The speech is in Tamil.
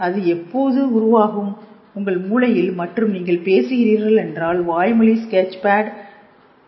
அது எப்போதும் உருவாகும் உங்கள் மூளையில் மற்றும் நீங்கள் பேசுகிறீர்கள் என்றால் வாய்மொழி ஸ்கேட்ச்ஃபேட் உள்ளது